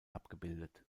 abgebildet